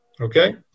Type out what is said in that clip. Okay